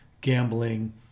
gambling